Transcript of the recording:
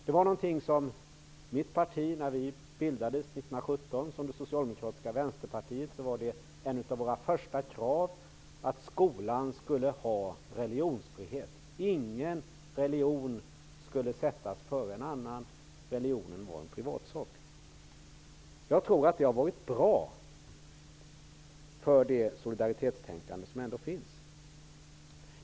Det var något som mitt parti, när det bildades 1917 som Socialdemokratiska vänsterpartiet, hade som ett av de första kraven, att skolan skulle ha religionsfrihet. Ingen religion skulle sättas före en annan. Religionen var en privatsak. Jag tror att det har varit bra för det solidaritetstänkande som ändå finns.